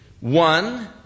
one